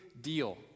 deal